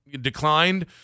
declined